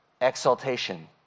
exaltation